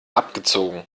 abgezogen